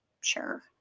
Sure